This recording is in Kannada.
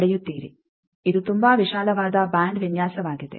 ಇದು ತುಂಬಾ ವಿಶಾಲವಾದ ಬ್ಯಾಂಡ್ ವಿನ್ಯಾಸವಾಗಿದೆ